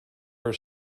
her